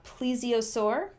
plesiosaur